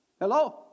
Hello